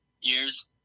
years